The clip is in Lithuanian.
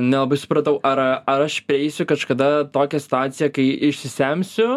nelabai supratau ar ar aš prieisiu kažkada tokią situaciją kai išsisemsiu